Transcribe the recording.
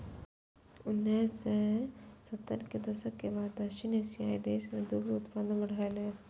उन्नैस सय सत्तर के दशक के बाद दक्षिण एशियाइ देश मे दुग्ध उत्पादन बढ़लैए